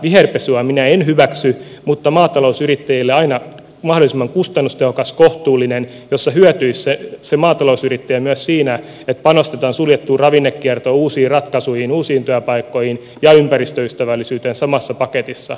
viherpesua minä en hyväksy mutta maatalousyrittäjille tulisi löytää aina mahdollisimman kustannustehokas kohtuullinen ratkaisu jossa hyötyisi se maatalousyrittäjä myös siinä että panostetaan suljettuun ravinnekiertoon uusiin ratkaisuihin uusiin työpaikkoihin ja ympäristöystävällisyyteen samassa paketissa